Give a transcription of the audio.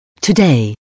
today